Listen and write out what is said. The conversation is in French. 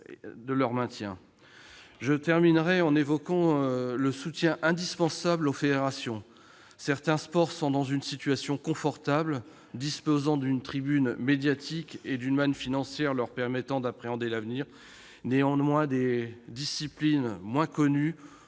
des postes. Je terminerai en évoquant le soutien indispensable aux fédérations. Certains sports sont dans une situation confortable, car ils disposent d'une tribune médiatique et d'une manne financière leur permettant d'appréhender l'avenir. Il y a un réel besoin de